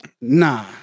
Nah